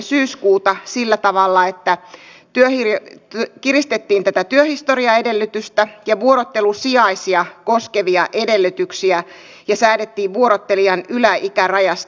syyskuuta sillä tavalla että kiristettiin työhistoriaedellytystä ja vuorottelusijaisia koskevia edellytyksiä ja säädettiin vuorottelijan yläikärajasta